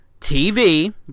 TV